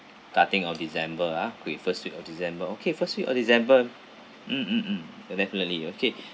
starting of december ah okay first week of december okay first week of december mm mm mm oh definitely okay